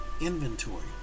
inventory